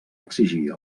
exigir